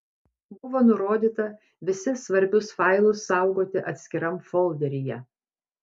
buvo nurodyta visi svarbius failus saugoti atskiram folderyje